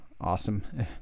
awesome